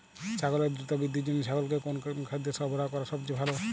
ছাগলের দ্রুত বৃদ্ধির জন্য ছাগলকে কোন কোন খাদ্য সরবরাহ করা সবচেয়ে ভালো?